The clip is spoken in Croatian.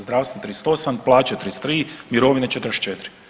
Zdravstvo 38, plaće 33, mirovine 44.